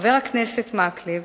חבר הכנסת מקלב